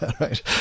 right